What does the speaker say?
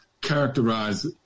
characterize